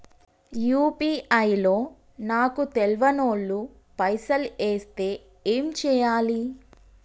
UPI లో నాకు తెల్వనోళ్లు పైసల్ ఎస్తే ఏం చేయాలి?